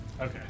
Okay